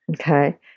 Okay